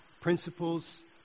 principles